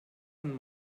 von